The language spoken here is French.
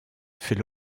fait